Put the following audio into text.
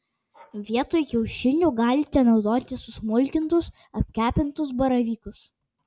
vietoj kiaušinių galite naudoti susmulkintus apkepintus baravykus